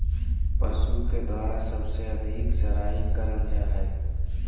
पशु के द्वारा सबसे अधिक चराई करल जा हई